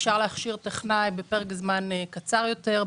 אפשר להכשיר טכנאי בפרק זמן קצר יותר,